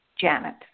Janet